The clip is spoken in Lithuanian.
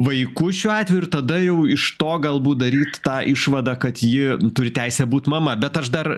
vaiku šiuo atveju ir tada jau iš to galbūt daryt tą išvadą kad ji turi teisę būt mama bet aš dar